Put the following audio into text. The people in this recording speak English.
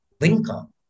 link-up